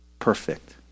Perfect